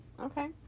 Okay